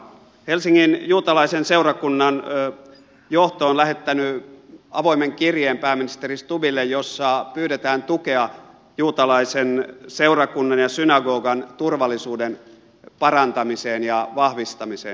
helsingin juutalaisen seurakunnan johto on lähettänyt pääministeri stubbille avoimen kirjeen jossa pyydetään tukea juutalaisen seurakunnan ja synagogan turvallisuuden parantamiseen ja vahvistamiseen